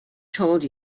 told